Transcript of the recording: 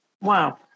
wow